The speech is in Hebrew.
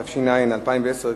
התש"ע 2010,